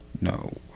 no